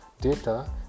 data